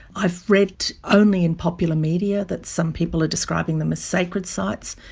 i've read only in popular media that some people are describing them as sacred sites.